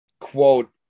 quote